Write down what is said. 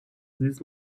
this